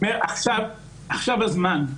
עכשיו הזמן.